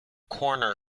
corner